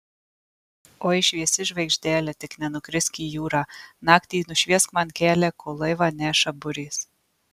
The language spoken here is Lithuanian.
oi šviesi žvaigždele tik nenukrisk į jūrą naktį nušviesk man kelią kol laivą neša burės